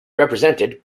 represented